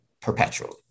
perpetually